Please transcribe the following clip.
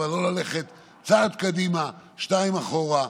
לא ללכת צעד קדימה, שניים אחורה.